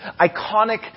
iconic